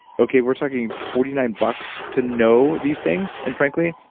okay we're talking forty nine bucks to know these things, and frankly,